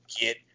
get